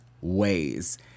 ways